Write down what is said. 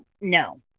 No